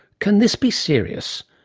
can this be serious?